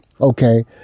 okay